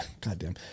goddamn